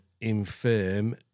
infirm